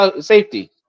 safety